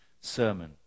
sermon